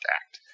act